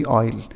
oil